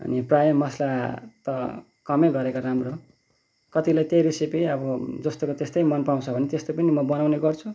अनि प्रायः मसला त कमै गरेको राम्रो हो कतिलाई त्यही रेसिपी अब जस्तोको त्यस्तै मनपराउँछ भने त्यस्तै पनि म बनाउने गर्छु